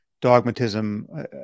dogmatism